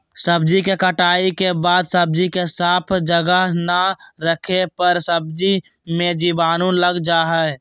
सब्जी के कटाई के बाद सब्जी के साफ जगह ना रखे पर सब्जी मे जीवाणु लग जा हय